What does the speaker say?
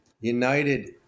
united